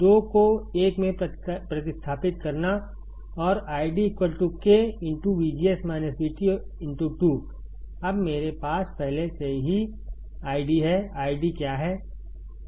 2 को 1 में प्रतिस्थापित करना और ID K 2 अब मेरे पास पहले से ही आईडी है आईडी क्या है